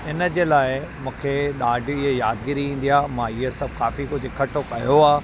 हिनजे लाइ मूंखे ॾाढी इहे यादिगिरी ईंदी आहे मां इहे सभु काफ़ी कुझु इकठो कयो आहे